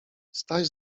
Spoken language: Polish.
staś